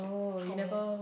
for me